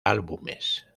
álbumes